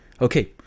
Okay